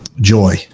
joy